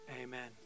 amen